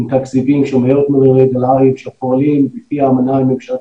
עם תקציבים שפועלים לפי האמנה עם ממשלת